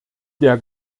der